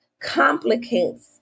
complicates